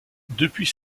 depuis